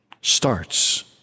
starts